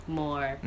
more